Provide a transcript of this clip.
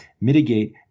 mitigate